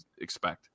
expect